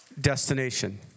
Destination